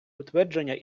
утвердження